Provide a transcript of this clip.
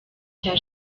cya